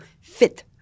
fit